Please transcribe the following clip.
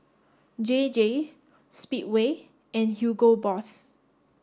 J J Speedway and Hugo Boss